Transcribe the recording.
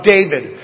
David